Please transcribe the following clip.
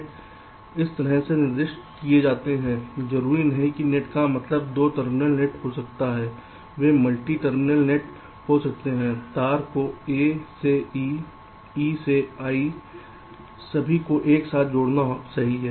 net इस तरह से निर्दिष्ट किए जाते हैं जरूरी नहीं कि नेट का मतलब 2 टर्मिनल नेट हो सकता है वे मल्टी टर्मिनल नेट हो सकते हैं तार को a से e e से i सभी को एक साथ जोड़ना होगा सही